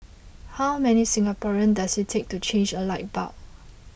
how many Singaporeans does it take to change a light bulb